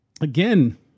Again